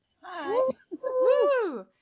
Hi